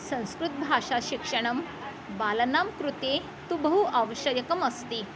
संस्कृतभाषाशिक्षणं बालनां कृते तु बहु आवश्यकम् अस्ति